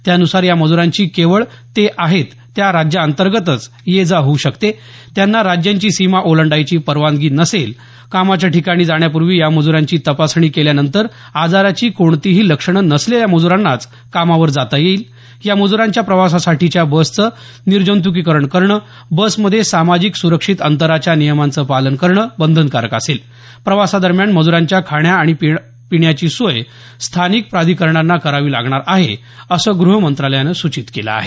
त्यानुसार या मजुरांची केवळ ते आहेत त्या राज्यांतर्गतच ये जा होऊ शकते त्यांना राज्यांची सीमा ओलांडायची परवानगी नसेल कामाच्या ठिकाणी जाण्यापूर्वी या मज्रांची तपासणी केल्यानंतर आजाराची कोणतीही लक्षणं नसलेल्या मजुरांनांच कामावर जाता येईल या मजुरांच्या प्रवासासाठीच्या बसचं निर्जंतुकीकरण करणं बसमध्ये सामाजिक सुरक्षित अंतराच्या नियमांचं पालन करणं बंधनकारक असेल प्रवासादरम्यान मजुरांच्या खाण्या आणि पाण्याची सोय स्थानिक प्राधिकरणांना करावी लागणार आहे असं गृह मंत्रालयानं सूचित केलं आहे